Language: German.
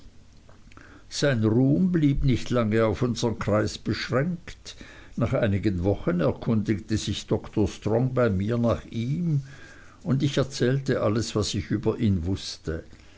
sein ruhm blieb nicht lange auf unsern kreis beschränkt nach einigen wochen erkundigte sich dr strong bei mir nach ihm und ich erzählte alles was ich über ihn wußte